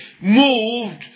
moved